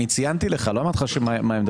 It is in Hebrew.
אני ציינתי לך, לא אמרתי לך מה עמדתי.